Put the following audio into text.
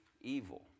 evil